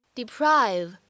deprive